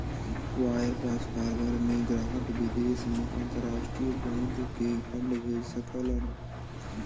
wire transfer में ग्राहक विदेश में अंतरराष्ट्रीय बैंक के फंड भेज सकलन